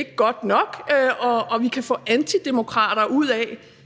er godt nok, og at vi kan få antidemokrater ud af